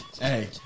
Hey